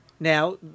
Now